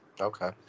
Okay